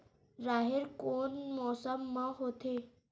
राहेर कोन मौसम मा होथे?